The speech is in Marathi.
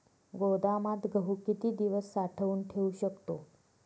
गोदामात गहू किती दिवस साठवून ठेवू शकतो?